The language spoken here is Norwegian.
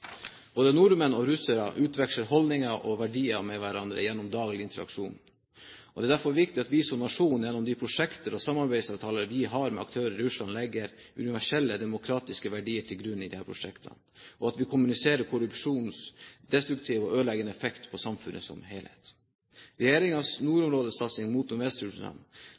Både nordmenn og russere utveksler holdninger og verdier med hverandre gjennom daglig interaksjon. Det er derfor viktig at vi som nasjon, gjennom de prosjekter og samarbeidsavtaler vi har med aktører i Russland, legger universelle demokratiske verdier til grunn i disse prosjektene, og at vi kommuniserer korrupsjonens destruktive og ødeleggende effekt på samfunnet som helhet. Regjeringens nordområdesatsing